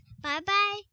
bye-bye